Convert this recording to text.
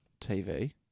TV